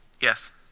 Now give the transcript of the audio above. Yes